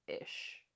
ish